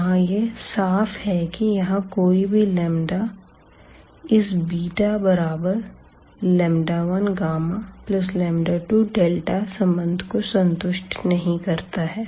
यहाँ यह साफ है कि यहां कोई भी लंबदा λs इस बिटा बराबर 1γ2 संबंध को संतुष्ट नहीं करता है